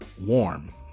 warm